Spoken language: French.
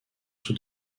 sous